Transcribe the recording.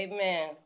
Amen